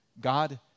God